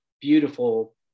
beautiful